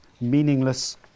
meaningless